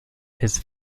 his